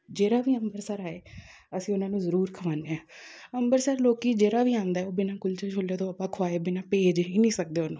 ਜਿਹੜਾ ਵੀ ਅੰਮ੍ਰਿਤਸਰ ਆਏ ਅਸੀਂ ਉਹਨਾਂ ਨੂੰ ਜ਼ਰੂਰ ਖਵਾਨੇ ਹਾਂ ਅੰਮ੍ਰਿਤਸਰ ਲੋਕ ਜਿਹੜਾ ਵੀ ਆਉਂਦਾ ਹੈ ਉਹ ਬਿਨਾਂ ਕੁਲਚੇ ਛੋਲੇ ਤੋਂ ਆਪਾਂ ਖਵਾਏ ਬਿਨਾਂ ਭੇਜ ਹੀ ਨਹੀਂ ਸਕਦੇ ਉਹਨੂੰ